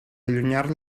allunyar